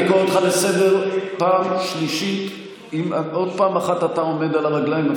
אני קורא אותך לסדר פעם שלישית אם עוד פעם אחת אתה עומד על הרגליים,